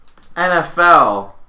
NFL